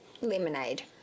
lemonade